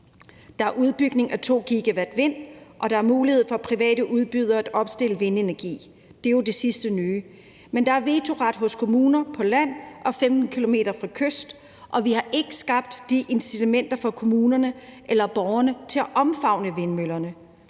Der er udbygning af 2 GW vind, og der er mulighed for, at private udbydere kan opstille vindenergi; det er jo det sidste nye. Men der er vetoret hos kommuner på land og 15 km fra kysten, og vi har ikke skabt incitamenter for kommunerne eller borgerne til at omfavne vindmøllerne.